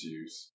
use